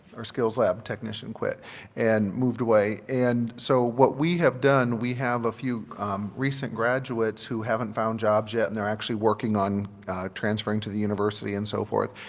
our skills lab technician quit and moved away. and so what we have done, we have a few recent graduates who haven't found jobs yet and they're actually working on transferring to the university and so forth.